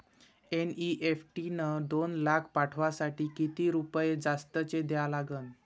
NEFT न दोन लाख पाठवासाठी किती रुपये जास्तचे द्या लागन?